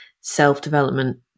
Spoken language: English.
self-development